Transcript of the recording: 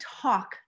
talk